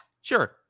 Sure